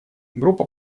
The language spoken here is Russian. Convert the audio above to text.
группа